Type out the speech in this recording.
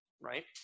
right